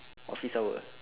office hour